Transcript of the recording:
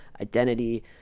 identity